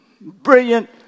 brilliant